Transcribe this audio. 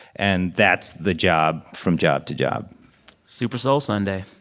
and that's the job from job to job super soul sunday.